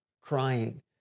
crying